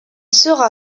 sera